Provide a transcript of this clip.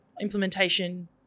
implementation